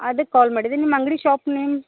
ಅದಕ್ಕೆ ಕಾಲ್ ಮಾಡಿದೆ ನಿಮ್ಮ ಅಂಗಡಿ ಶಾಪ್ ನೇಮ್